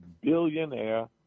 billionaire